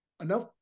enough